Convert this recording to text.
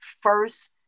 first